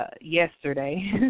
Yesterday